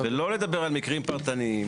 ולא לדבר על מקרים פרטניים,